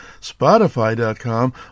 spotify.com